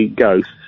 ghosts